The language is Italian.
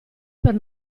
per